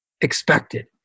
expected